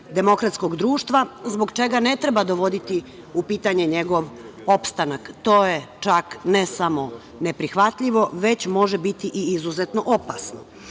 demokratskog društva, zbog čega ne treba dovoditi u pitanje njegov opstanak. To je čak ne samo neprihvatljivo, već može biti i izuzetno opasno. Radi